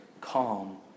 calm